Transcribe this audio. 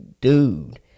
dude